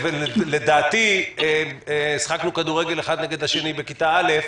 לדעתי שיחקנו כדורגל האחד נגד השני בכיתה א'.